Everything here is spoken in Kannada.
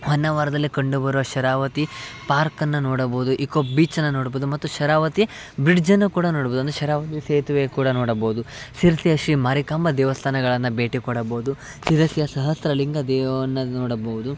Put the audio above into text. ಹೊನ್ನಾವರದಲ್ಲೇ ಕಂಡುಬರುವ ಶರಾವತಿ ಪಾರ್ಕನ್ನು ನೋಡಬೋದು ಇಕೊ ಬೀಚನ್ನು ನೋಡ್ಬೋದು ಮತ್ತು ಶರಾವತಿ ಬ್ರಿಡ್ಜನ್ನು ಕೂಡ ನೋಡ್ಬೋದು ಅಂದರೆ ಶರಾವತಿ ಸೇತುವೆ ಕೂಡ ನೋಡಬೋದು ಸಿರ್ಸಿಯ ಶ್ರೀ ಮಾರಿಕಾಂಬ ದೇವಸ್ಥಾನಗಳನ್ನು ಭೇಟಿ ಕೊಡಬೋದು ಶಿರಸಿಯ ಸಹಸ್ರ ಲಿಂಗ ದೇವವನ್ನು ನೋಡಬಹ್ದು